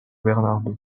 bernardo